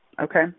okay